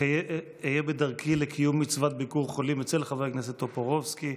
אהיה בדרכי לקיום מצוות ביקור חולים אצל חבר הכנסת טופורובסקי,